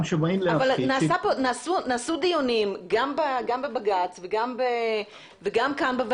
אבל נעשו דיונים גם בבג"ץ וגם בוועדה.